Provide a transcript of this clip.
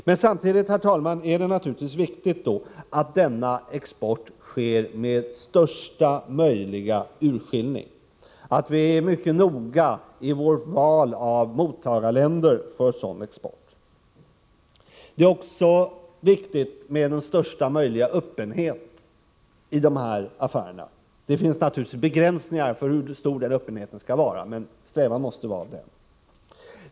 Men samtidigt, herr talman, är det naturligtvis viktigt att denna export sker med största möjliga urskillning, att vi är mycket noggranna vid vårt val av mottagarländer för sådan export. Det är också viktigt med största möjliga öppenhet i de här affärerna. Det finns naturligtvis begränsningar för hur stor öppenheten skall vara, men man måste sträva åt detta håll.